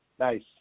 Nice